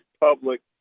Public